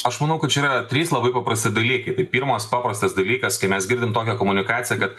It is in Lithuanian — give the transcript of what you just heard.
aš manau kad čia yra trys labai paprasti dalykai tai pirmas paprastas dalykas kai mes girdim tokią komunikaciją kad